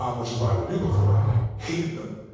um which is what i would do before hated them.